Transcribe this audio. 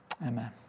Amen